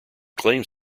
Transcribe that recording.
claims